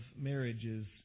marriages